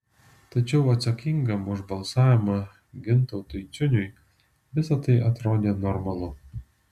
tačiau atsakingam už balsavimą gintautui ciuniui visa tai atrodė normalu